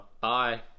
Bye